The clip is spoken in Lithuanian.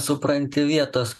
supranti vietos